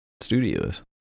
studios